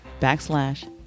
backslash